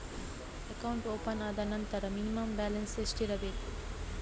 Account open ಆದ ನಂತರ minimum balance ಎಷ್ಟಿರಬೇಕು?